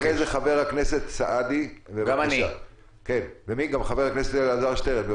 אחריה חבר הכנסת סעדי, וגם חבר הכנסת אלעזר שטרן.